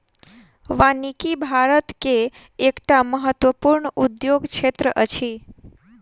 वानिकी भारत के एकटा महत्वपूर्ण उद्योग क्षेत्र अछि